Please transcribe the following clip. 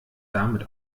damit